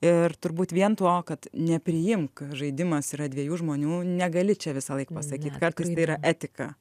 ir turbūt vien to kad nepriimk žaidimas yra dviejų žmonių negali čia visąlaik pasakyt kartais tai yra etika